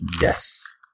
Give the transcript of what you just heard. Yes